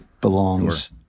belongs